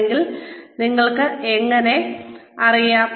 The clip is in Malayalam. ഉണ്ടെങ്കിൽ നിങ്ങൾക്കെങ്ങനെ അറിയാം